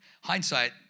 hindsight